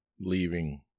leaving